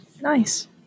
nice